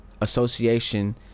association